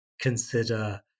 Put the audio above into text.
consider